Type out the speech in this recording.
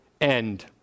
end